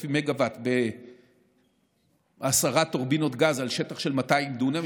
מגה-ואט בעשר טורבינות גז על שטח של 200 דונם,